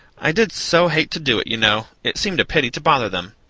i did so hate to do it, you know it seemed a pity to bother them,